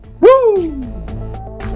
woo